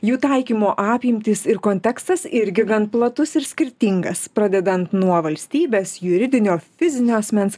jų taikymo apimtys ir kontekstas irgi gan platus ir skirtingas pradedan nuo valstybės juridinio fizinio asmens